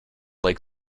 lake